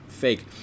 fake